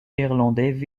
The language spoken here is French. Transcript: néerlandais